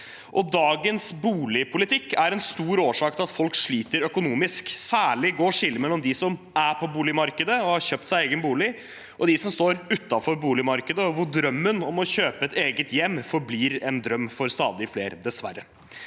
Dagens boligpolitikk er en stor årsak til at folk sliter økonomisk. Særlig går skillet mellom dem som er på boligmarkedet og har kjøpt seg egen bolig, og dem som står utenfor boligmarkedet, hvor drømmen om å kjøpe et eget hjem dessverre forblir en drøm for stadig flere.